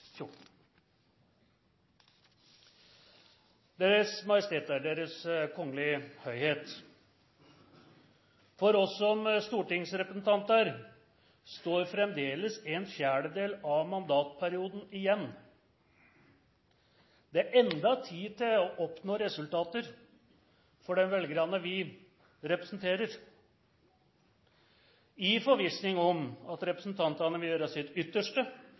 Deres Majesteter, Deres Kongelige Høyhet! For oss som stortingsrepresentanter står fremdeles en fjerdedel av mandatperioden igjen. Det er ennå tid til å oppnå resultater for de velgerne vi representerer. I forvissning om at representantene vil gjøre sitt ytterste